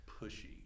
pushy